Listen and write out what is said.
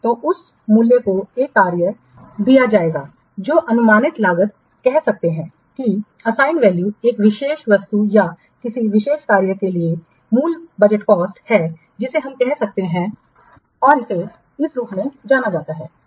तो उस मूल्य को एक कार्य या नियोजित किया जाएगा जो अनुमानित लागत कह सकता है कि हम अनुमानित लागत कह सकते हैं कि असाइन वैल्यू एक विशेष वस्तु या किसी विशेष कार्य के लिए मूल बजट कॉस्ट है जिसे हम कह सकते हैं और इसे इस रूप में जाना जाता है